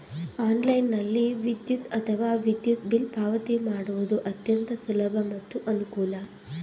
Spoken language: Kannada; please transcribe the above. ಆನ್ಲೈನ್ನಲ್ಲಿ ವಿದ್ಯುತ್ ಅಥವಾ ವಿದ್ಯುತ್ ಬಿಲ್ ಪಾವತಿ ಮಾಡುವುದು ಅತ್ಯಂತ ಸುಲಭ ಮತ್ತು ಅನುಕೂಲ